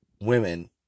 women